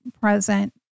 present